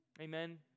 amen